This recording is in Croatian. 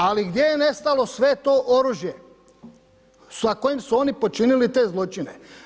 Ali gdje je nestalo sve to oružje sa kojim su oni počinili te zločine?